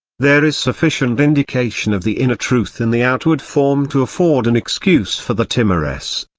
there is sufficient indication of the inner truth in the outward form to afford an excuse for the timorous,